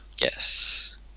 Yes